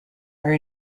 are